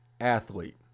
athlete